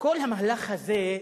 כל המהלך הזה,